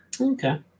Okay